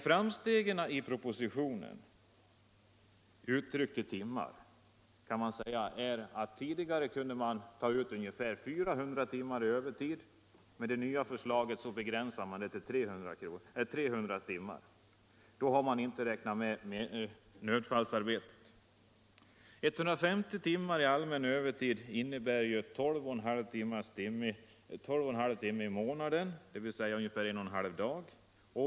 Framstegen kan uttryckt i timmar sägas vara att man tidigare kunde komma upp i 400 timmar övertid per år medan propositionens förslag begränsar övertiden till 300 timmar, bortsett från 127 nödfallsarbete. 150 timmar allmän övertid innebär 12 1/2 timme i månaden, dvs. ungefär en och en halv dag.